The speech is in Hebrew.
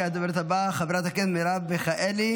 הדוברת הבאה, חברת הכנסת מרב מיכאלי,